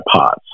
parts